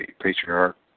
Patriarch